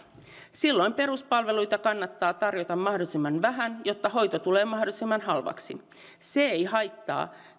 silloin peruspalveluita kannattaa tarjota mahdollisimman vähän jotta hoito tulee mahdollisimman halvaksi se ei haittaa